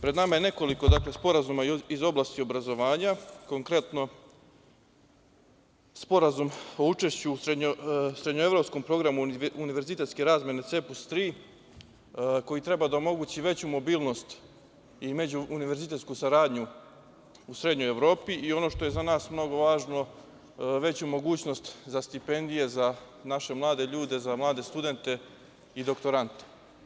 Pred nama je nekoliko, dakle, sporazuma iz oblasti obrazovanja, konkretno Sporazum o učešću u srednjoevropskom programu univerzitetske razmene CEEPUS III, koji treba da omogući veću mobilnost i međuuniverzitetsku saradnju u Srednjoj Evropi i, ono što je za nas mnogo važno, veću mogućnost za stipendije za naše mlade ljude, za mlade studente i doktorante.